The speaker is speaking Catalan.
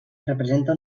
representa